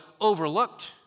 overlooked